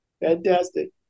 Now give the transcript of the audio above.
Fantastic